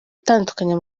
itandukanye